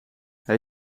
hij